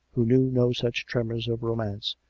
who knew no such tremors of romance,